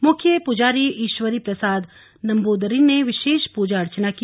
मुख्य पुजारी ईश्वरी प्रसाद नंबूदरी ने विशेष पूजा अर्चना की